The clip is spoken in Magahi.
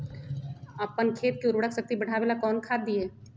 अपन खेत के उर्वरक शक्ति बढावेला कौन खाद दीये?